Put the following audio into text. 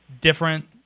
different